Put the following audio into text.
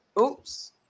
oops